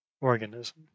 organism